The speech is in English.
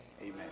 Amen